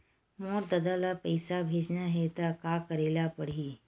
मोर ददा ल पईसा भेजना हे त का करे ल पड़हि?